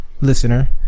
listener